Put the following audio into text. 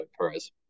Perez